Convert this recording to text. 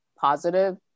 positive